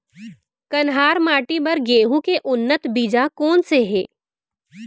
कन्हार माटी बर गेहूँ के उन्नत बीजा कोन से हे?